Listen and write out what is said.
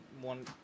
one